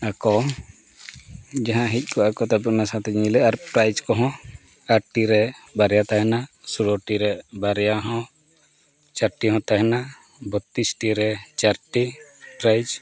ᱟᱠᱚ ᱡᱟᱦᱟᱸ ᱦᱮᱡ ᱠᱚᱜᱼᱟ ᱠᱚ ᱛᱟᱨᱯᱚᱨ ᱚᱱᱟ ᱥᱟᱶᱛᱮ ᱧᱤᱫᱟᱹ ᱟᱨ ᱯᱨᱟᱭᱤᱡᱽ ᱠᱚᱦᱚᱸ ᱟᱴ ᱴᱤ ᱨᱮ ᱵᱟᱨᱭᱟ ᱛᱟᱦᱮᱱᱟ ᱥᱳᱞᱞᱳᱴᱤ ᱨᱮ ᱵᱟᱨᱭᱟ ᱦᱚᱸ ᱪᱟᱨᱴᱤ ᱦᱚᱸ ᱛᱟᱦᱮᱱᱟ ᱵᱚᱛᱨᱤᱥᱴᱤ ᱨᱮ ᱪᱟᱨᱴᱤ ᱯᱨᱟᱭᱤᱡᱽ